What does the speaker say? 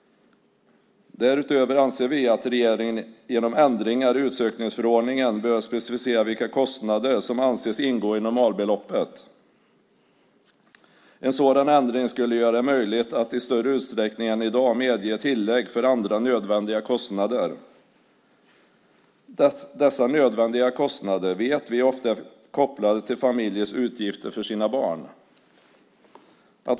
Därutöver anser vi att regeringen genom ändringar i utsökningsförordningen bör specificera vilka kostnader som anses ingå i normalbeloppet. En sådan ändring skulle göra det möjligt att i större utsträckning än i dag medge tillägg för andra nödvändiga kostnader. Dessa nödvändiga kostnader vet vi ofta är kopplade till familjers utgifter för sina barn.